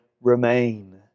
remain